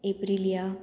Aprilia